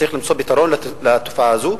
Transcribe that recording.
צריך למצוא פתרון לתופעה הזאת.